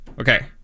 okay